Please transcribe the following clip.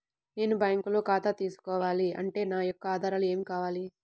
నేను బ్యాంకులో ఖాతా తీసుకోవాలి అంటే నా యొక్క ఆధారాలు ఏమి కావాలి?